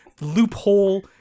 loophole